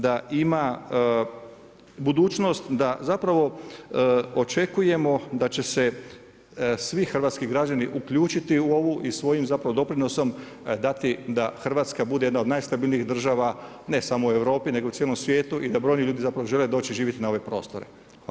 Da ima budućnost, da zapravo očekujemo da će se svi hrvatski građani uključiti u ovu i svojim zapravo doprinosom dati da Hrvatska bude jedna od najstabilnijih država ne samo u Europi nego u cijelom svijetu, i da bojni ljudi zapravo žele doći živjeti na ove prostore.